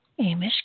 Amish